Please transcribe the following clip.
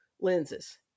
lenses